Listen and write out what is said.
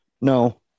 No